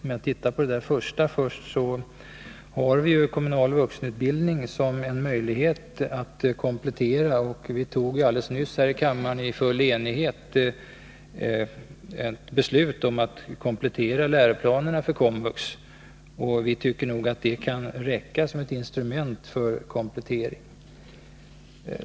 Vad beträffar det första kravet så har vi ju kommunal vuxenutbildning som en möjlighet till komplettering. Vi tog tidigare i dag här i kammaren i full enighet ett beslut om en komplettering av läroplanerna för KOMVUX. Vi tycker nog att det kan räcka som ett instrument för komplettering.